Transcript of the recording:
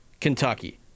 Kentucky